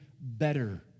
better